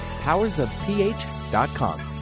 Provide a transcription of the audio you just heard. powersofph.com